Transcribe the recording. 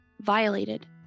Violated